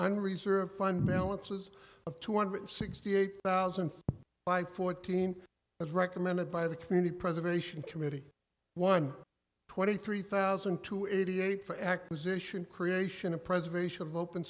an reserve fund balances of two hundred sixty eight thousand by fourteen as recommended by the community preservation committee one twenty three thousand to eighty eight for acquisition creation of preservation of open